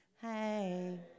Hey